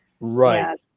right